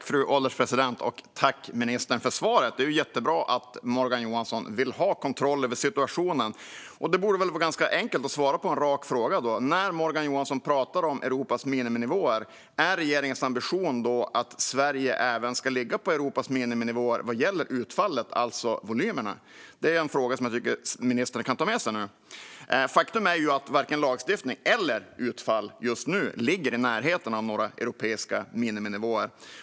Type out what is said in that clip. Fru ålderspresident! Tack, ministern, för svaret! Det är jättebra att Morgan Johansson vill ha kontroll över situationen. Då borde det också vara ganska enkelt att svara på en rak fråga. När Morgan Johansson pratar om Europas miniminivåer - är det då regeringens ambition att Sverige ska ligga på Europas miniminivåer även vad gäller utfallet, alltså volymerna? Det är en fråga som jag tycker att ministern kan ta med sig nu. Faktum är att varken lagstiftning eller utfall just nu ligger i närheten av några europeiska miniminivåer.